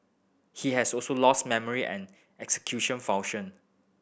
he has also lost memory and execution function